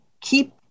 keep